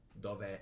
Dove